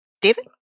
David